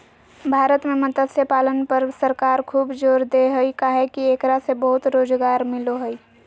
भारत में मत्स्य पालन पर सरकार खूब जोर दे हई काहे कि एकरा से बहुत रोज़गार मिलो हई